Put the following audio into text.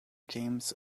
james